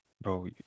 bro